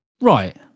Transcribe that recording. Right